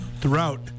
throughout